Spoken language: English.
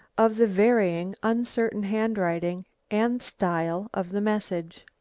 of the varying, uncertain handwriting and style of the message.